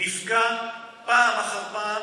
הוא נפגע פעם אחר פעם.